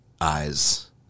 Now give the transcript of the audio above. eyes